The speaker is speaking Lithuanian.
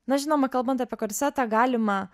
na žinoma kalbant apie korsetą galima